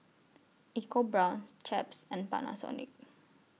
EcoBrown's Chaps and Panasonic